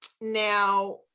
Now